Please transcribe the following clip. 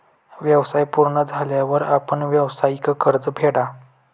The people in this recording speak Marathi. व्यवसाय पूर्ण झाल्यावर आपण व्यावसायिक कर्ज फेडा